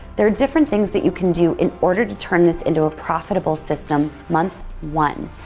there are different things that you can do in order to turn this into a profitable system month one.